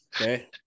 Okay